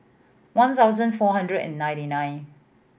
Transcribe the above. one thousand four hundred and ninety nine